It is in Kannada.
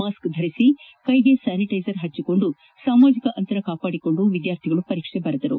ಮಾಸ್ಕ್ ಧರಿಸಿ ಕೈಗೆ ಸ್ಥಾನಿಟ್ಟಿಸರ್ ಹಚ್ಚಿಕೊಂಡು ಸಾಮಾಜಿಕ ಅಂತರ ಕಾಪಾಡಿಕೊಂಡು ವಿದ್ಯಾರ್ಥಿಗಳು ಪರೀಕ್ಷೆ ಬರೆದರು